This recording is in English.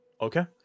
Okay